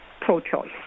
pro-choice